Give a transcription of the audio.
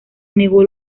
negó